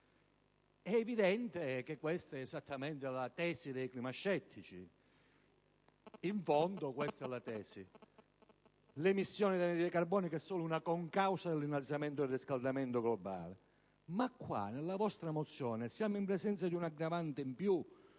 È evidente che questa è esattamente la tesi dei "clima-scettici". In fondo questa è la tesi: l'emissione dell'anidride carbonica è solo una concausa dell'innalzamento del riscaldamento globale. Ma nella vostra mozione siamo in presenza di una aggravante in più.